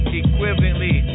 equivalently